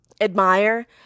admire